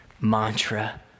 mantra